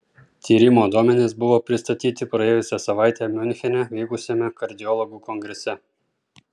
tyrimo duomenys buvo pristatyti praėjusią savaitę miunchene vykusiame kardiologų kongrese